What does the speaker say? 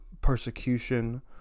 persecution